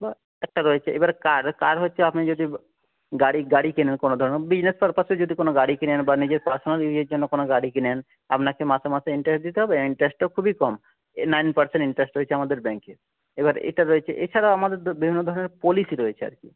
এবার একটা রয়েছে এবার কার কার হচ্ছে আপনি যদি গাড়ি গাড়ি কেনেন কোনো ধরুন বিজনেস পারপাসে যদি কোনো গাড়ি কেনেন বা নিজের পড়াশোনার জন্য কোনো গাড়ি কেনেন আপনাকে মাসে মাসে ইন্টারেস্ট দিতে হবে ইন্টারেস্টটা খুবই কম নাইন পারসেন্ট ইন্টারেস্ট রয়েছে আমাদের ব্যাঙ্কে এবার এটা রয়েছে এছাড়াও আমাদের বিভিন্ন ধরনের পলিশি রয়েছে আর কি